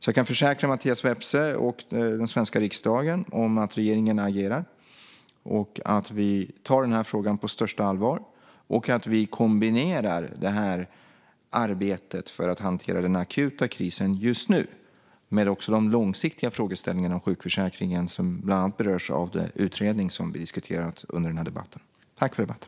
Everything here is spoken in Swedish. Jag kan försäkra Mattias Vepsä och den svenska riksdagen att regeringen agerar. Vi tar frågan på största allvar och kombinerar arbetet med att hantera den akuta krisen med de långsiktiga frågeställningarna om sjukförsäkringen, som bland annat berörs av den utredning som vi diskuterat under denna debatt. Tack för debatten!